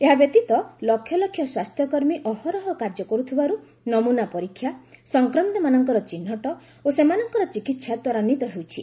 ଏହା ବ୍ୟତୀତ ଲକ୍ଷ ଲକ୍ଷ ସ୍ୱାସ୍ଥ୍ୟ କର୍ମୀ ଅହରହ କାର୍ଯ୍ୟ କରୁଥିବାରୁ ନମୁନା ପରୀକ୍ଷା ସଂକ୍ରମିତମାନଙ୍କର ଚିହ୍ନଟ ଓ ସେମାନଙ୍କର ଚିକିତ୍ସା ତ୍ୱରାନ୍ଧିତ ହୋଇଛି